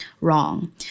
Wrong